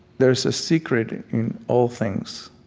there is a secret in all things.